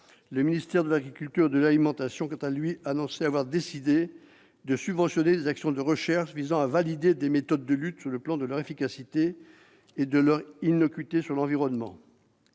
Le ministère de l'agriculture et de l'alimentation a, quant à lui, annoncé avoir décidé de subventionner des actions de recherche visant à valider des méthodes de lutte sur le plan de leur efficacité et de leur innocuité sur l'environnement.